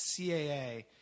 CAA